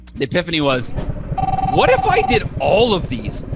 the epiphany was what if i did all of these?